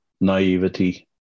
naivety